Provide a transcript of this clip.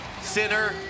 Sinner